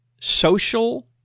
social